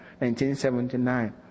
1979